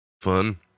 fun